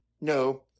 No